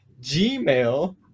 gmail